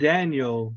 Daniel